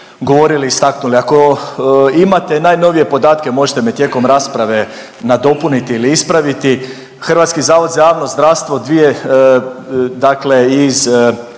govorili i istaknuli. Ako imate najnovije podatke, možete me tijekom rasprave nadopuniti ili ispraviti Hrvatski zavod za javno zdravstvo dvije dakle iz